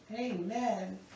Amen